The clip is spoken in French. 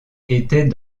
était